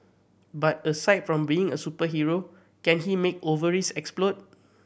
but aside from being a superhero can he make ovaries explode